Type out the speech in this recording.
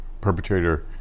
perpetrator